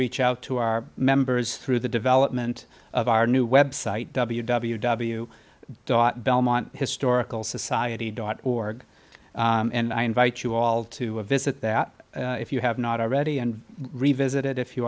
reach out to our members through the development of our new website w w w dot belmont historical society dot org and i invite you all to visit that if you have not already and revisit it if you